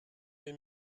des